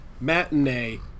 Matinee